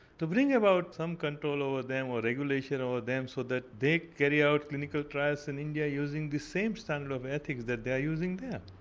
to bring about some control over them or regulation over them so that they carry out clinical trials in india using the same standard of ethics that they are using there.